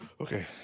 Okay